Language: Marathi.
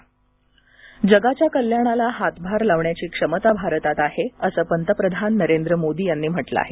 पंतप्रधान केरळ दौरा जगाच्या कल्याणाला हातभार लावण्याची क्षमता भारतात आहे असं पंतप्रधान नरेंद्र मोदी यांनी म्हटलं आहे